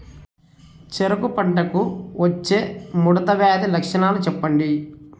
చెరుకు పంటకు వచ్చే ముడత వ్యాధి లక్షణాలు చెప్పండి?